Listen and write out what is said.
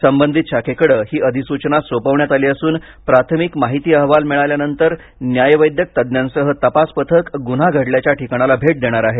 संबधित शाखेकडे ही अधिसूचना सोपवण्यात आली असून प्राथमिक माहिती अहवाल मिळाल्यानंतर न्यायवैद्यक तज्ञांसह तपास पथक गुन्हा घडल्याच्या ठिकाणाला भेट देणार आहे